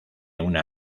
una